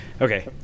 okay